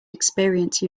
experience